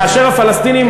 כאשר הפלסטינים,